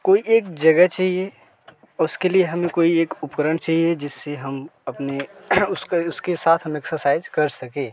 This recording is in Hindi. कोई एक जगह चाहिये उसके लिए हमें कोई एक उपकरण चाहिये जिससे हम अपने उसके उसके साथ हम एक्सरसाइज कर सकें